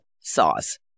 sauce